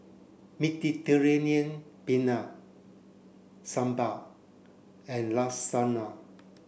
Mediterranean Penne Sambar and Lasagna